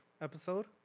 episode